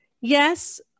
yes